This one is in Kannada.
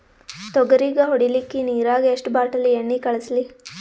ತೊಗರಿಗ ಹೊಡಿಲಿಕ್ಕಿ ನಿರಾಗ ಎಷ್ಟ ಬಾಟಲಿ ಎಣ್ಣಿ ಕಳಸಲಿ?